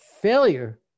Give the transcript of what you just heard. failure